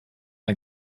ein